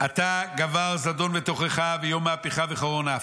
עתה גבר זדון ותוכחה ויום מהפכה וחרון אף.